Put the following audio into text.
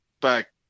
back